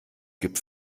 gibt